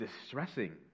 distressing